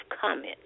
comment